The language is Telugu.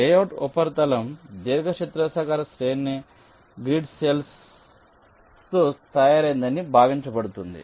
లేఅవుట్ ఉపరితలం దీర్ఘచతురస్రాకార శ్రేణి గ్రిడ్ సెల్స్ తయారైందని భావించబడుతుంది